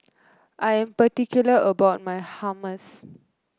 I'm particular about my Hummus